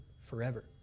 forever